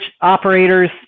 operators